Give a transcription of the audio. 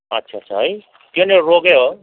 अच्छा अच्छा है त्यो नै रोगै हो